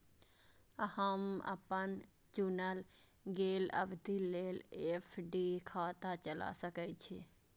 अहां अपन चुनल गेल अवधि लेल एफ.डी खाता चला सकै छी